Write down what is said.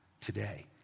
today